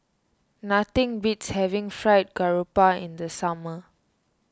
nothing beats having Fried Garoupa in the summer